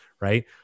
right